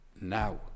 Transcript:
now